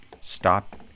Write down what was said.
stop